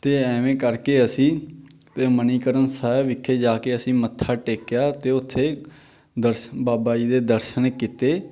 ਅਤੇ ਐਵੇਂ ਕਰਕੇ ਅਸੀਂ ਅਤੇ ਮਨੀਕਰਨ ਸਾਹਿਬ ਵਿਖੇ ਜਾ ਕੇ ਅਸੀਂ ਮੱਥਾ ਟੇਕਿਆ ਅਤੇ ਉੱਥੇ ਦਰਸ਼ਨ ਬਾਬਾ ਜੀ ਦੇ ਦਰਸ਼ਨ ਕੀਤੇ